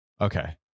Okay